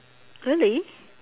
really